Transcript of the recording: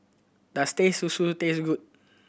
does Teh Susu taste good